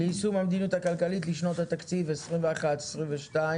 ליישום המדיניות הכלכלית לשנות התקציב 2021 ו-2022),